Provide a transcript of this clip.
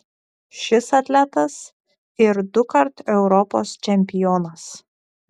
šis atletas ir dukart europos čempionas